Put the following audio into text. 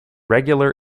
regular